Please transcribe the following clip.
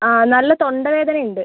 ആ നല്ല തൊണ്ട വേദന ഉണ്ട്